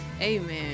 Amen